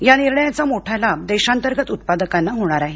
या निर्णयाचा मोठा लाभ देशांतर्गत उत्पादकांना होणार आहे